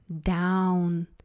down